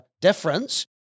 difference